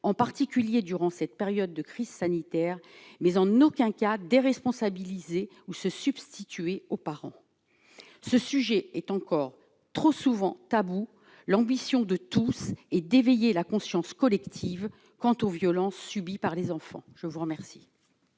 en particulier durant cette période de crise sanitaire, mais en aucun cas déresponsabiliser ou se substituer aux parents, ce sujet est encore trop souvent tabou, l'ambition de tous et d'éveiller la conscience collective quant aux violences subies par les enfants, je vous remercie.